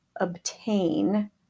obtain